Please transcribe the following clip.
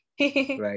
right